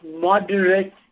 moderate